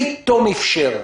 פתאום אפשר,